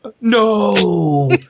no